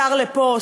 שר לפה,